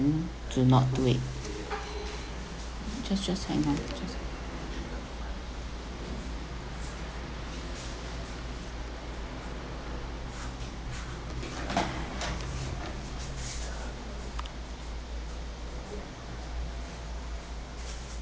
do not do it just just hang on just